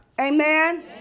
Amen